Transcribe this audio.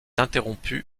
interrompue